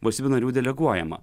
valstybių narių deleguojama